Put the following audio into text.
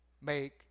make